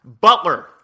Butler